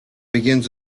begins